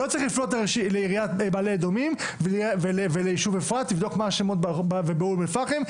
לא צריך לפנות לעיריית מעלה אדומים וליישוב אפרת ולאום אל פחם,